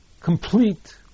complete